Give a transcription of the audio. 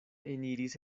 eniris